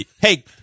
Hey